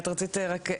שלהם.